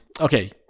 okay